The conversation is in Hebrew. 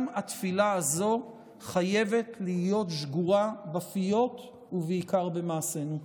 גם התפילה הזו חייבת להיות שגורה בפיות ובעיקר במעשינו.